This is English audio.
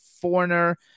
Foreigner